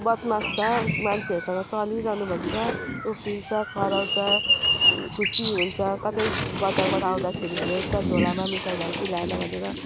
बदमास छ मान्छेहरूसँग चलिरहनु भन्छ उफ्रिन्छ कराउँछ खुसी हुन्छ कतै बजारबाट आउँदाखेरि हेर्छ झोलामा मिठाई ल्यायो कि ल्याएन भनेर